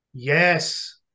Yes